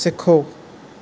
सिखो